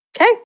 okay